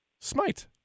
Smite